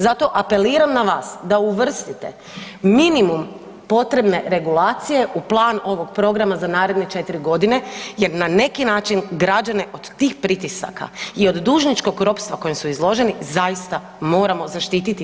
Zato apeliram na vas da uvrstite minimum potrebne regulacije u plan ovog programa za naredne 4 godine jer na neki način građane od tih pritisaka i od dužničkog ropstva kojem su izloženi zaista moramo zaštiti.